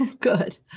Good